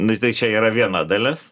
na tai čia yra viena dalis